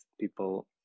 people